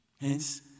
Hence